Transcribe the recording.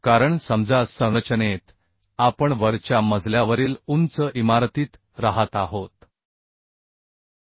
कारण समजा संरचनेत आपण वरच्या मजल्यावरील उंच इमारतीत राहत आहोत